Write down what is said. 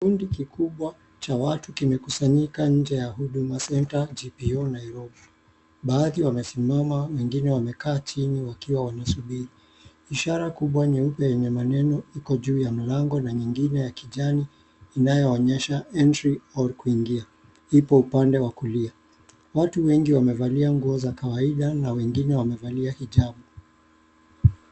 Kikundi kikubwa cha watu kimekusanyikwa nje ya Huduma Centre GPO Nairobi. Baadhi wamesimama wengine wamekaa chini wakiwa wanasubiri. Ishara kubwa nyeupe yenye maneno iko juu ya mlango ingine ya kijani inayoonyesha entry or kuingia ipo upande wa kuingia. Watu wengi wamevalia nguo za kawaida na wengine wamevalia hijab.